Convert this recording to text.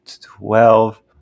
twelve